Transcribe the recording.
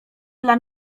dla